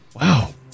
Wow